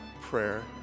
prayer